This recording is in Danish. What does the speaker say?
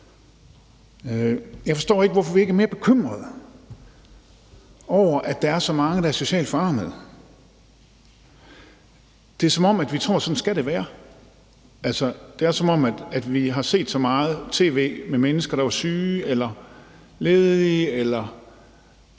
Jeg forstår ikke, hvorfor vi ikke er mere bekymrede over, at der er så mange, der er socialt forarmede. Det er, som om vi tror, at det skal være sådan. Altså, det er, som om vi har set så meget tv med mennesker, der var syge eller ledige eller